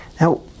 Now